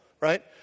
right